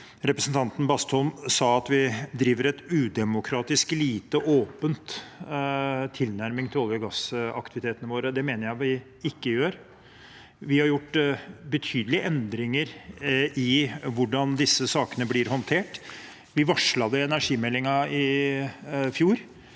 representanten Bastholm sa at vi driver en udemokratisk og lite åpen tilnærming til olje- og gassaktivitetene våre. Det mener jeg vi ikke gjør. Vi har gjort betydelige endringer i hvordan disse sakene blir håndtert. Vi varslet det i energimeldingen i fjor,